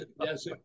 Yes